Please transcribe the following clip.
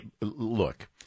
Look